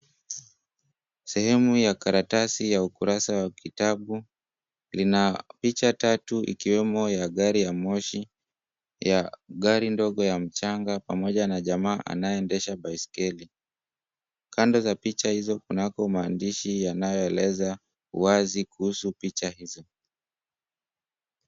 Sehemu ya karatasi ya ukurasa wa kitabu lina picha tatu ikiwemo ya gari ya moshi, ya gari ndogo ya mchanga, pamoja na jamaa anayeendesha baiskeli. Kando za picha hizo kunapo maandishi yanayo eleza waazi kuhusu picha hizi.